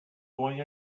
going